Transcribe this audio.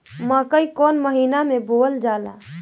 मकई कौन महीना मे बोअल जाला?